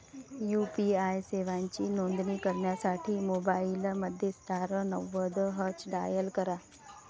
UPI सेवांची नोंदणी करण्यासाठी मोबाईलमध्ये स्टार नव्वद हॅच डायल करा